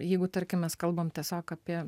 jeigu tarkim mes kalbam tiesiog apie